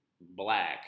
black